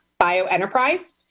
BioEnterprise